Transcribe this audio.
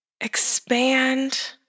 expand